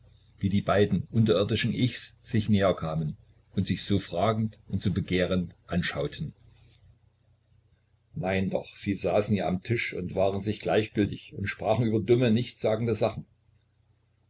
wie die beiden unterirdischen ichs sich näher kamen und sich so fragend und so begehrend anschauten nein doch sie saßen ja am tisch und waren sich gleichgültig und sprachen über dumme nichtssagende sachen